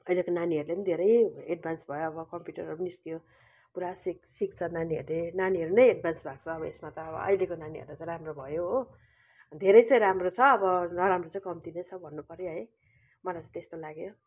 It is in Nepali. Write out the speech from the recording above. अहिलेको नानीहरूले पनि धेरै एडभान्स भयो अब कम्प्युटरहरू पनि निस्कियो पुरा सिक सिक्छ नानीहरूले नानीहरू नै एडभान्स भएको छ अब यसमा त अब अहिलेको नानीहरूलाई त राम्रो भयो हो धेरै चाहिँ राम्रो छ अब नराम्रो चाहिँ कम्ती नै छ भन्नुपर्यो है मलाई चाहिँ त्यस्तो लाग्यो